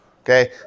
Okay